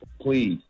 please